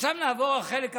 עכשיו נעבור לחלק הפחות-נעים.